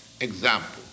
example